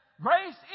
grace